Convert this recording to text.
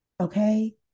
Okay